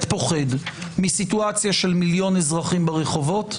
פוחד ממצב של מיליון אזרחים ברחובות,